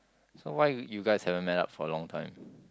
so why you you guys haven't met up for a long time